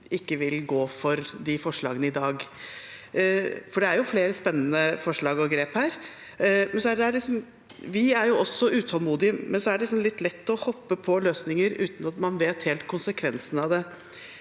ikke vil gå for de forslagene i dag, for det er jo flere spennende forslag og grep. Vi er også utålmodige, men det er liksom litt lett å hoppe på løsninger uten at man vet helt konsekvensene av det.